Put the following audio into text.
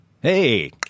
Hey